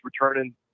returning